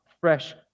fresh